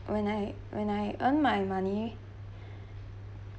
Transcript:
when I when I earn my money